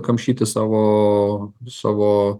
kamšyti savo savo